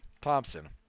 Thompson